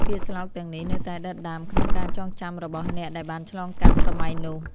ពាក្យស្លោកទាំងនេះនៅតែដិតដាមក្នុងការចងចាំរបស់អ្នកដែលបានឆ្លងកាត់សម័យនោះ។